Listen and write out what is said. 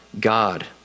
God